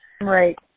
Right